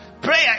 Prayer